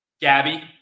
Gabby